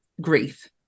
grief